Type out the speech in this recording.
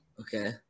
okay